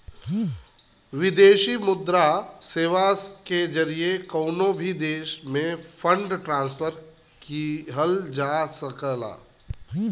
विदेशी मुद्रा सेवा के जरिए कउनो भी देश में फंड ट्रांसफर किहल जा सकला